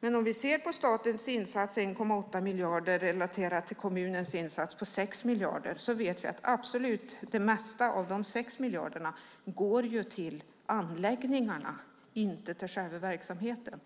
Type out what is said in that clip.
Vi kan se på statens insats, 1,8 miljarder, relaterad till kommunernas insats på 6 miljarder. Vi vet absolut att det mesta av de 6 miljarderna går till anläggningar - inte till själva verksamheten.